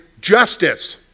justice